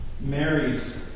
Mary's